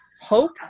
hope